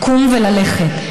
לקום וללכת.